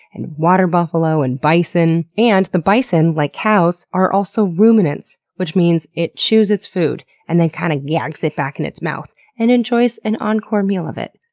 and water buffalo, and bison. and the bison, like cows, are also ruminants, which means it chews its food, and then kinda kind of yaks it back in its mouth and enjoys an encore meal of it.